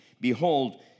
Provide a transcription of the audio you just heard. Behold